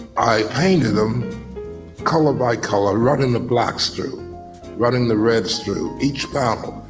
i painted them color by color, run in the blocks through running the reds through each battle.